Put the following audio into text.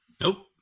Nope